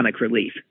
Relief